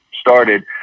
started